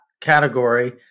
category